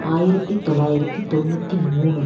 ஆயிரத்து தொள்ளாயிரத்தி தொண்ணூற்றி மூணு